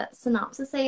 synopsis